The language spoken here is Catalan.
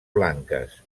blanques